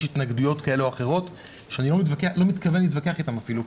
יש התנגדויות כאלה ואחרות שאני לא מתכוון להתווכח איתן אפילו,